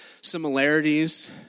similarities